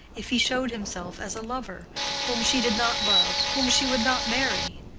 if he showed himself as a lover whom she did not love whom she would not marry?